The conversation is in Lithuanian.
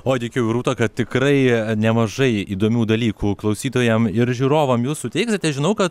o tikiu rūta kad tikrai nemažai įdomių dalykų klausytojam ir žiūrovam jūs suteiksite aš žinau kad